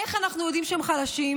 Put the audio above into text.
איך אנחנו יודעים שהם חלשים?